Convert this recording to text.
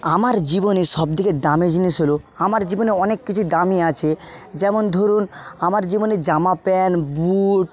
আমার জীবনে সবথেকে দামি জিনিস হলো আমার জীবনে অনেক কিছু দামি আছে যেমন ধরুন আমার জীবনে জামা প্যান্ট বুট